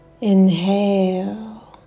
Inhale